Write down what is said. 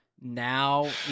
now